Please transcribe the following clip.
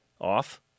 off